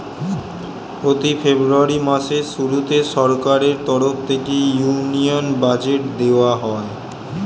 প্রতি ফেব্রুয়ারি মাসের শুরুতে সরকারের তরফ থেকে ইউনিয়ন বাজেট দেওয়া হয়